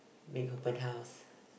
big open house